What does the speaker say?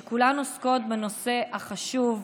שכולן עוסקות בנושא החשוב,